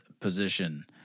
position